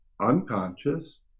unconscious